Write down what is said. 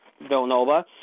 Villanova